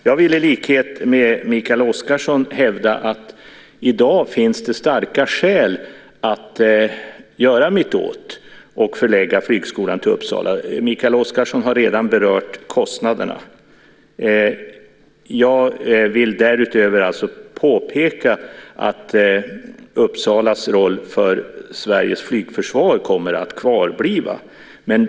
Jag vill i likhet med Mikael Oscarsson hävda att det i dag finns starka skäl att göra mittåt och förlägga flygskolan till Uppsala. Mikael Oscarsson har redan berört kostnaderna. Jag vill därutöver påpeka att Uppsalas roll för Sveriges flygförsvar kommer att bli kvar.